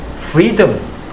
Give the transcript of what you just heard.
freedom